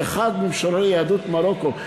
שהיה אחד ממשוררי יהדות מרוקו,